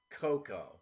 coco